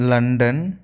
London